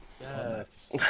Yes